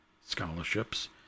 scholarships